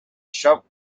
shop